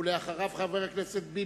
אחריו, חבר הכנסת ביבי.